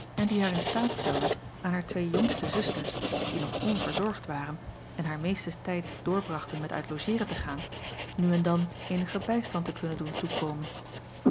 en die haar in staat stelde aan haar twee jongste zusters die nog onverzorgd waren en haar meesten tijd doorbrachten met uit logeeren te gaan nu en dan eenigen bijstand te kunnen doen toekomen